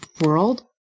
world